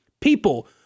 people